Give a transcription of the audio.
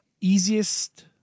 easiest